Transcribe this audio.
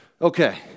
Okay